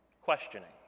questioning